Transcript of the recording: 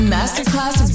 Masterclass